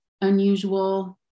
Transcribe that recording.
unusual